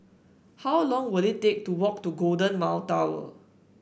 how long will it take to walk to Golden Mile Tower